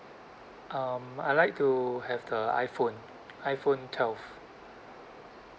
um I'd like to have the iphone iphone twelve